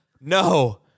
no